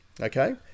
okay